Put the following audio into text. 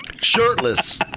Shirtless